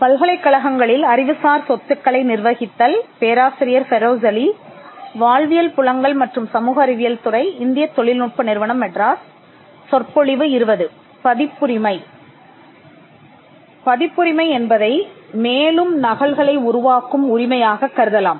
பதிப்புரிமை என்பதை மேலும் நகல்களை உருவாக்கும் உரிமையாகக் கருதலாம்